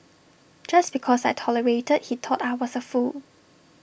just because I tolerated he thought I was A fool